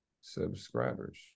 subscribers